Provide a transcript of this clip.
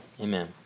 Amen